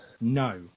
No